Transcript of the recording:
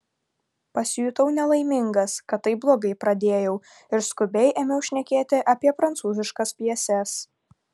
pasijutau nelaimingas kad taip blogai pradėjau ir skubiai ėmiau šnekėti apie prancūziškas pjeses